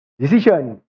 decision